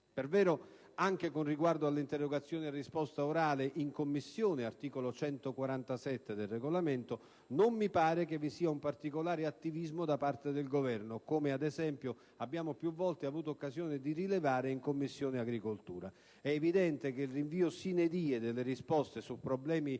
Anche con riguardo alle interrogazioni a risposta orale in Commissione, disciplinate dall'articolo 147 del Regolamento, a non mi pare che vi sia un particolare attivismo da parte del Governo, come abbiamo avuto più volte occasione di rilevare in Commissione agricoltura. È evidente che il rinvio *sine die* delle risposte su problemi